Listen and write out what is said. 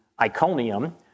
Iconium